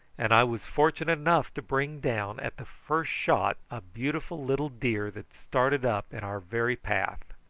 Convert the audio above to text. and i was fortunate enough to bring down at the first shot a beautiful little deer that started up in our very path.